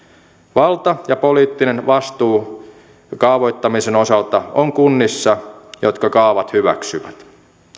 valta ja poliittinen vastuu kaavoittamisen osalta on kunnissa jotka kaavat hyväksyvät